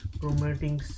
promoting